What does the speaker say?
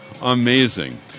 amazing